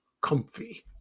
comfy